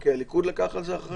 כי הליכוד לקח על זה אחריות.